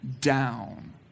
down